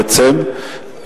בעצם,